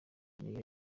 n’iyo